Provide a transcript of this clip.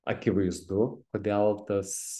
akivaizdu kodėl tas